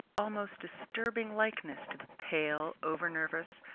almost disturbing likeness to the pale, over-nervous,